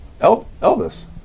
Elvis